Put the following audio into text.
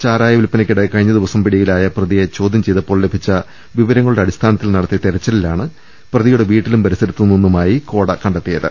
ചാരായ വിൽപനയ്ക്കിടെ കഴിഞ്ഞദിവസം പിടിയിലായ പ്രതിയെ ചോദ്യംചെയ്തപ്പോൾ ലഭിച്ച വിവരങ്ങളുടെ അടിസ്ഥാനത്തിൽ നടത്തിയ തെർച്ചിലിലാണ് പ്രതിയുടെ വീട്ടിലും പരിസരത്തും നിന്നുമായി കോട കണ്ടെത്തിയത്